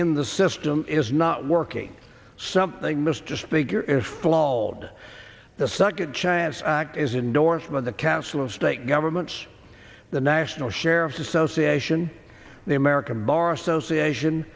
in the system is not working something must just figure if flawed the second chance act is in north of the castle of state governments the national sheriffs association the american bar association